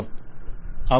client అవును